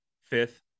fifth